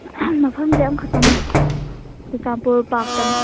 ꯃꯐꯝꯁꯦ ꯑꯝꯈꯛꯇꯅꯦ ꯆꯨꯔꯆꯥꯟꯄꯨꯔ ꯄꯥꯛꯇꯅꯦ